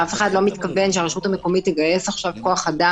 אף אחד לא מתכוון שהרשות המקומית תגייס עכשיו כוח אדם